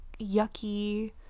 yucky